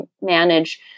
manage